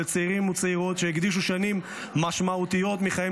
אלה צעירים וצעירות שהקדישו שנים משמעותיות מחייהם